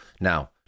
Now